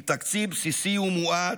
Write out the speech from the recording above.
עם תקציב בסיסי ומועט,